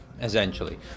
essentially